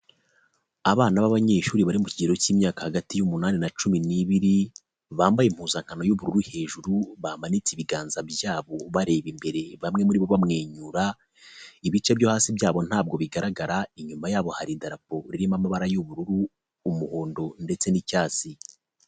Abana b'abanyeshuri bari mu kigero cy'imyaka hagati y'umunani na cumi n'ibiri, bambaye impuzankano y'ubururu hejuru, bamanitse ibiganza byabo bareba imbere bamwe muribo bamwenyura, ibice byo hasi byabo ntabwo bigaragara, inyuma yabo hari idarapo irimo amabara y'ubururu, umuhondo ndetse n'icyatsi.